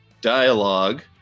dialogue